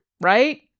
right